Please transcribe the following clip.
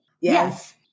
Yes